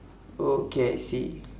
oh okay I see